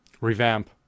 revamp